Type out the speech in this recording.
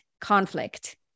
conflict